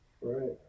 Right